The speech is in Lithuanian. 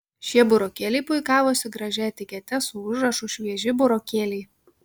šie burokėliai puikavosi gražia etikete su užrašu švieži burokėliai